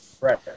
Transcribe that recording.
right